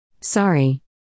Sorry